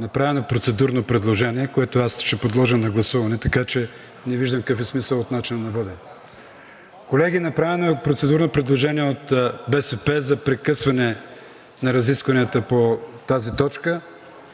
направено процедурно предложение, което аз ще подложа на гласуване, така че не виждам какъв е смисълът от начина на водене. Колеги, направено е процедурно предложение от БСП за прекъсване на разискванията по тази точка,